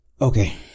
Okay